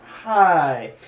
Hi